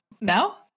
now